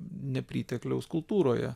nepritekliaus kultūroje